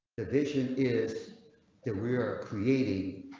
division is that we are creating.